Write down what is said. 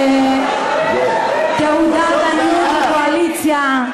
זאת תעודת עניות לקואליציה.